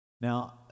Now